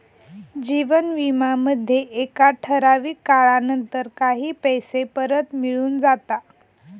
जीवन विमा मध्ये एका ठराविक काळानंतर काही पैसे परत मिळून जाता